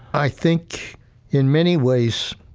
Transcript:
i think in many ways,